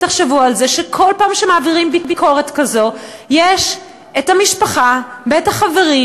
תחשבו על זה שכל פעם שמעבירים ביקורת כזו יש את המשפחה ואת החברים,